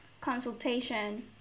consultation